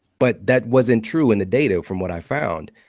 but that wasn't true in the data from what i found.